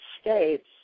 states